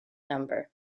number